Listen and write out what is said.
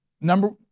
Number